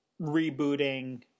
rebooting